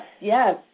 yes